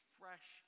fresh